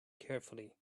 carefully